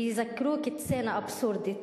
וייזכרו כסצנה אבסורדית.